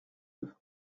deux